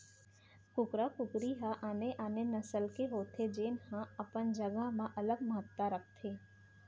कुकरा कुकरी ह आने आने नसल के होथे जेन ह अपन जघा म अलगे महत्ता राखथे